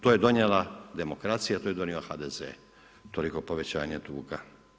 To je donijela demokracija to je donio HDZ toliko povećanje duga.